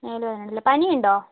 മേല് വേദന അല്ലേ പനിയുണ്ടോ